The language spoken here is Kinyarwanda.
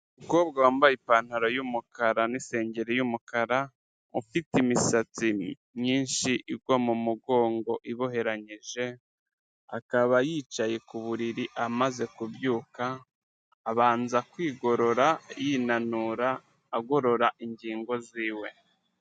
Umukobwa wambaye ipantaro y'umukara n'isengeri y'umukara, ufite imisatsi myinshi igwa mu mugongo iboheranyije, akaba yicaye ku buriri amaze kubyuka, abanza kwigorora yinanura agorora ingingo ziwe.